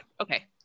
Okay